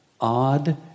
odd